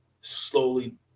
slowly